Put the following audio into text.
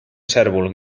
cérvol